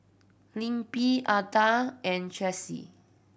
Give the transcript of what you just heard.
Libby Adda and Tracey